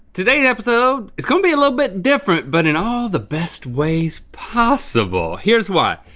today episode, it's gonna be a little bit different but in all the best ways possible. here's why.